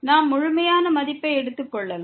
நாம் முழுமையான மதிப்பை எடுத்துக் கொள்ளலாம்